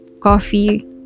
coffee